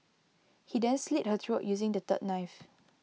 he then slit her throat using the third knife